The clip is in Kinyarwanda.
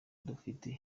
dufite